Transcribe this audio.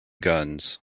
guns